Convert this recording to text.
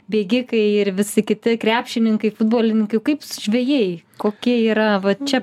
bėgikai ir visi kiti krepšininkai futbolininkai o kaip žvejai kokie yra vat čia